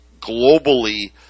globally